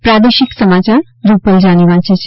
પ્રાદેશિક સમાચાર રૂપલ જાની વાંચે છે